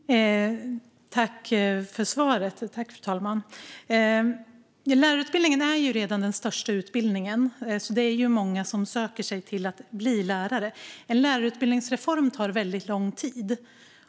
Fru talman! Jag tackar för svaret. Lärarutbildningen är redan den största utbildningen. Det är många som söker sig till lärarutbildningen för att bli lärare. En lärarutbildningsreform tar väldigt lång tid.